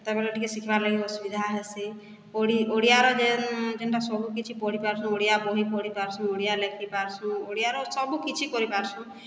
ସେତେବେଲେ ଟିକେ ଶିଖିବାର୍ ଲାଗି ଅସୁବିଧା ହେସି ଓଡ଼ିଆର ଯେନ୍ ଯେନ୍ଟା ସବୁକିଛି ପାଢ଼ିପାର୍ସୁଁ ଓଡ଼ିଆ ବହି ପଢ଼ିପାର୍ସୁଁ ଓଡ଼ିଆ ଲେଖିପାର୍ସୁଁ ଓଡ଼ିଆର ସବୁକିଛି କରିପାର୍ସୁଁ